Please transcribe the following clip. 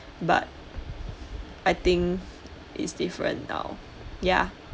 but I think it's different now ya